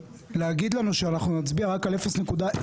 להגיד לנו שאנחנו נצביע רק על 0.004%